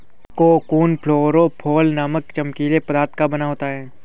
cocoon fluorophore नामक चमकीले पदार्थ का बना होता है